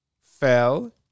fell